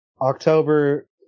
October